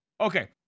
Okay